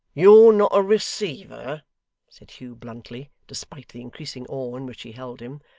you're not a receiver said hugh bluntly, despite the increasing awe in which he held him.